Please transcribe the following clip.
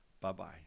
Bye-bye